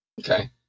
Okay